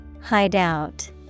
Hideout